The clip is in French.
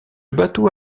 bateau